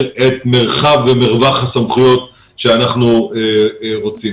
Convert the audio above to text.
את מרחב ומרווח הסמכויות שאנחנו רוצים.